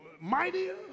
mightier